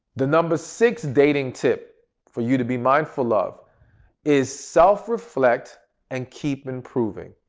the number six dating tip for you to be mindful of is self reflect and keep improving.